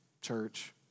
church